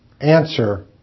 Answer